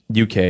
UK